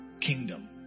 kingdom